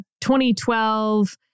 2012